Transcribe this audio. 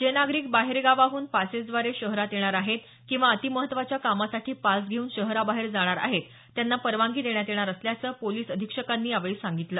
जे नागरिक बाहेर गावाहून पासेसद्वारे शहरात येणार आहेत किंवा अति महत्त्वाच्या कामासाठी पास घेऊन शहराबाहेर जाणार आहेत त्यांना परवानगी देण्यात येणार असल्याचं पोलिस अधिक्षकांनी यावेळी सांगितलं